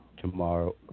tomorrow